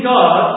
God